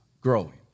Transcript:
growing